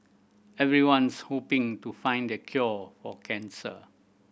everyone's hoping to find the cure for cancer